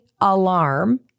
alarm